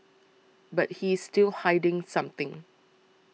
but he's still hiding something